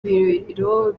biro